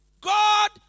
God